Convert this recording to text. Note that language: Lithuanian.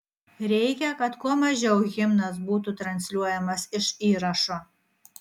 reikia kad kuo mažiau himnas būtų transliuojamas iš įrašo